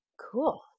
cool